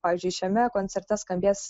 pavyzdžiui šiame koncerte skambės